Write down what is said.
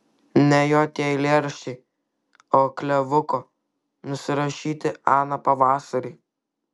ne jo tie eilėraščiai o klevuko nusirašyti aną pavasarį